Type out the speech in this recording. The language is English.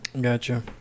Gotcha